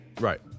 Right